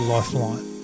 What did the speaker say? Lifeline